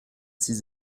six